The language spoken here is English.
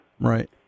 Right